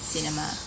Cinema